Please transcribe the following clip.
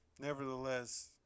Nevertheless